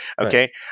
Okay